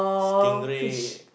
stingray